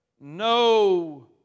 no